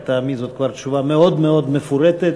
לטעמי זאת כבר תשובה מאוד מאוד מפורטת,